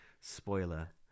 spoiler